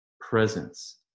presence